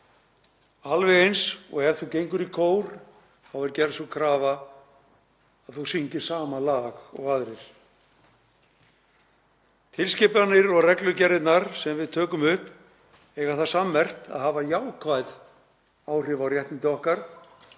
alveg eins og ef þú gengur í kór er gerð sú krafa að þú syngir sama lag og aðrir. Tilskipanir og reglugerðirnar sem við tökum upp eiga það sammerkt að hafa jákvæð áhrif á réttindi okkar,